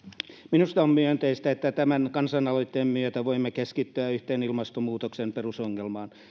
minusta on myönteistä että tämän kansalaisaloitteen myötä voimme keskittyä yhteen ilmastonmuutoksen perusongelmaan